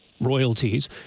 royalties